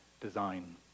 design